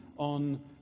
on